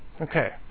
Okay